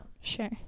Sure